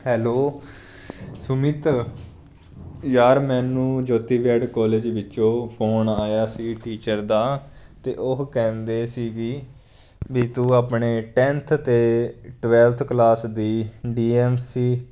hello Sumit ਯਾਰ ਮੈਨੂੰ Jyoti BEd college ਵਿੱਚੋਂ ਫੋਨ ਆਇਆ ਸੀ ਟੀਚਰ ਦਾ ਅਤੇ ਉਹ ਕਹਿੰਦੇ ਸੀ ਵੀ ਤੂੰ ਆਪਣੇ ਟੈਂਨਥ ਅਤੇ ਟਵੈਲਥ ਕਲਾਸ ਦੀ ਡੀ ਐਮ ਸੀ